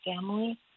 family